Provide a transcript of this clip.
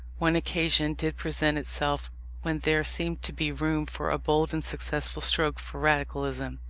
one occasion did present itself when there seemed to be room for a bold and successful stroke for radicalism.